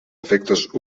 efectes